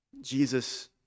Jesus